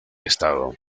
estado